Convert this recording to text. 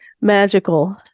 magical